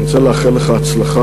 אני רוצה לאחל לך הצלחה,